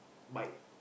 bike